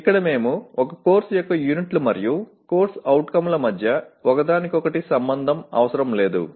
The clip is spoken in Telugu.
ఇక్కడ మేము ఒక కోర్సు యొక్క యూనిట్లు మరియు CO ల మధ్య ఒకదానికొకటి సంబంధం అవసరం లేదు